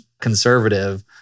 conservative